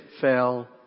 fell